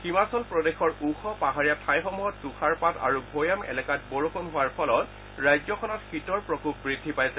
হিমাচল প্ৰদেশৰ ওখ পাহাৰীয়া ঠাইসমূহত তুষাৰপাত আৰু ভৈয়াম এলেকাত বৰষুণ হোৱাৰ ফলত ৰাজ্যখনত শীতৰ প্ৰকোপ বৃদ্ধি পাইছে